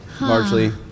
largely